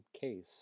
case